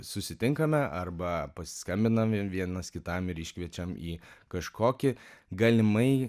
susitinkame arba pasiskambinam vienas kitam ir iškviečiam į kažkokį galimai